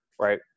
Right